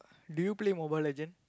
do you play Mobile-Legend